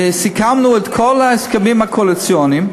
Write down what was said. וסיכמנו את כל ההסכמים הקואליציוניים.